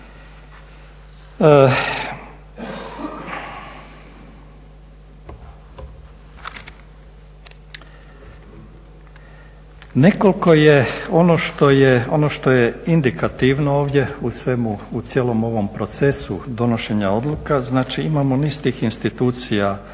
smjeru. Ono što je indikativno ovdje u svemu, u cijelom ovom procesu donošenja odluka, znači imamo niz tih institucija